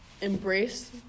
embrace